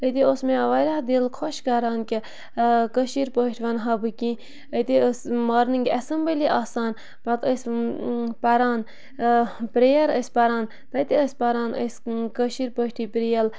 أتی اوس مےٚ واریاہ دِل خۄش کَران کہِ کٔشیٖر پٲٹھۍ وَنہٕ ہا بہٕ کیٚنٛہہ أتی ٲس مارنِنٛگ ایسَمبٔلی آسان پَتہٕ ٲسۍ پَران پرٛیَر ٲسۍ پَران تَتہِ ٲسۍ پَران أسۍ کٲشِر پٲٹھی پرٛیل